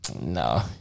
No